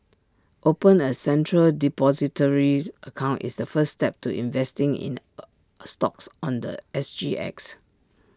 open A central Depositories account is the first step to investing in A a stocks on The S G X